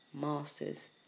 masters